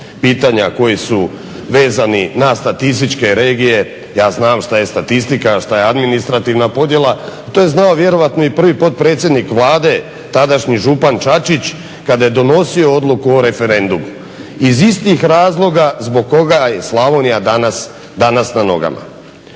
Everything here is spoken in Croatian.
pitanja koji su vezani na statističke regije, ja znam što je statistika, a što je administrativna podjela, to je znao vjerojatno i prvi potpredsjednik Vlade tadašnji župan Čačić kada je donosio Odluku o referendumu iz istih razloga zbog koga je Slavonija danas na nogama.